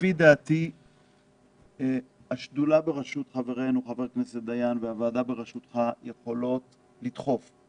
לפי דעתי השדולה בראשות חבר הכנסת דיין והוועדה בראשותך יכולות לדחוף,